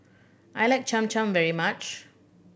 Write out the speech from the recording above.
I like Cham Cham very much